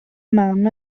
mam